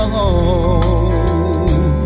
home